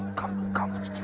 come! come!